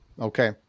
Okay